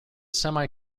semi